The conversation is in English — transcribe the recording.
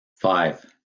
five